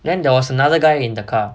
then there was another guy in the car